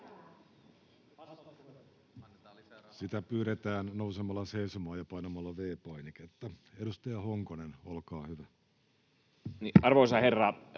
pyydetään nousemalla seisomaan ja painamalla V-painiketta. — Edustaja Honkonen, olkaa hyvä. [Speech